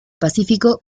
pacífico